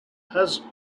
has